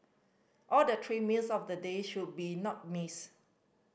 all the three meals of the day should be not missed